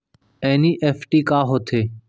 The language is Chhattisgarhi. एन.ई.एफ.टी का होथे?